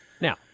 Now